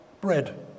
bread